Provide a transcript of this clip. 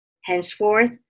Henceforth